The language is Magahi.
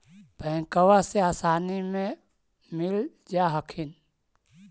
बैंकबा से आसानी मे मिल जा हखिन?